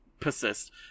Persist